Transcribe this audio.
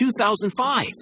2005